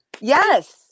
Yes